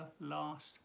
last